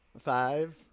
Five